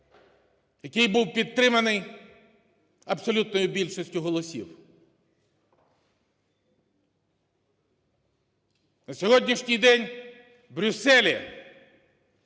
який був підтриманий абсолютною більшістю голосів. На сьогоднішній день у Брюсселі,